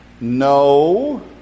no